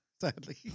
Sadly